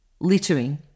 littering